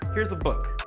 here's a book.